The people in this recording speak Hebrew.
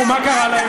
נו, מה קרה להם?